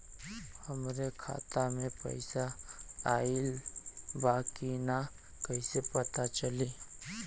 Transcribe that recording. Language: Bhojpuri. हमरे खाता में पैसा ऑइल बा कि ना कैसे पता चली?